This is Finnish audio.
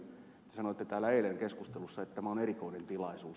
te sanoitte täällä eilen keskustelussa että tämä on erikoinen tilaisuus